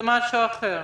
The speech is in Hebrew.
זה משהו אחר.